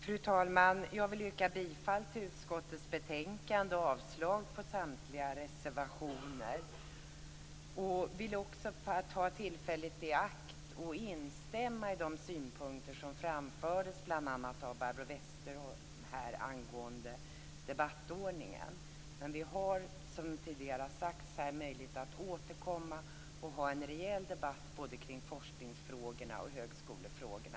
Fru talman! Jag yrkar bifall till hemställan i utskottets betänkande samt avslag på samtliga reservationer. Jag vill också ta tillfället i akt och instämma i de synpunkter angående debattordningen som framförts bl.a. av Barbro Westerholm. Som tidigare sagts här har vi dock möjlighet att under våren återkomma och ha en rejäl debatt kring både forskningsfrågorna och högskolefrågorna.